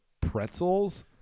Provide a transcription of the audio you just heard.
pretzels